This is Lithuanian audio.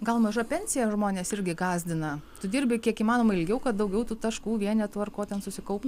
gal maža pensija žmones irgi gąsdina tu dirbi kiek įmanoma ilgiau kad daugiau tų taškų vienetų ar ko ten susikaupia